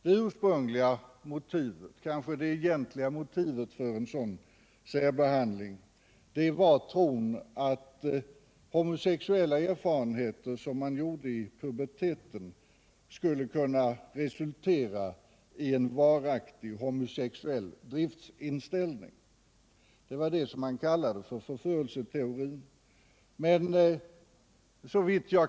Det ursprungliga och kanske det egentliga motivet för en sådan särbehandling var tron att homosexuella erfarenheter som man gjorde i puberteten skulle kunna resultera i varaktig homosexuell driftsinriktning. Det var det som man kallade förförelseteorin.